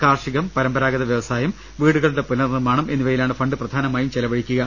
കാർഷികം പരമ്പരാഗത വൃവസായം വീടുകളുടെ പുനർ നിർമ്മാണം എന്നി വയിലാണ് ഫണ്ട് പ്രധാനമായും ചെലവഴിക്കുക